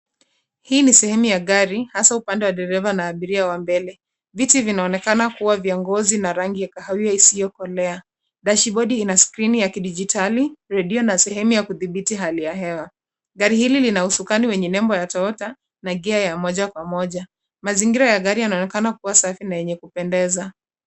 Hii ni sehemu ya gari, hasa upande wa dereva, na abiria wa mbele, viti zinaonekana kuwa vya ngozi, na rangi ya kahawia isiokolea. Dashbodi ina skrini ya kidijitali, redio, na sehemu ya kudhibiti hali ya hewa. Gari hili lina usukani wenye nembo ya Toyota , na gear ya moja kwa moja. Mazingira ya gari yanaonekana kuwa safi, na yenye kupendeza.